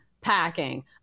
Packing